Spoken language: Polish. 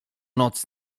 noc